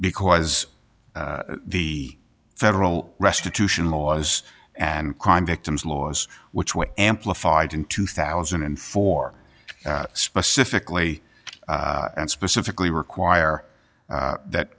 because the federal restitution laws and crime victims laws which what amplified in two thousand and four specifically and specifically require that